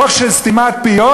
חוק של סתימת פיות,